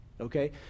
Okay